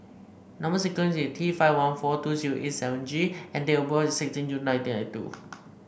number sequence is T five one four two zero eight seven G and date of birth is sixteen June nineteen eight two